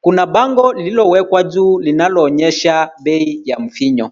Kuna bango lililo wekwa juu linaloonyesha bei ya mvinyo.